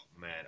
man